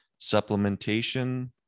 supplementation